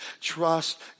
trust